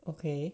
okay